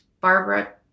Barbara